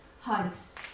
house